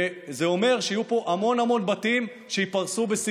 וזה אומר שיהיו פה המון המון בתים שיפרסו להם סיבים,